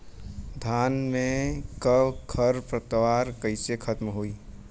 धान में क खर पतवार कईसे खत्म होई?